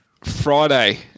Friday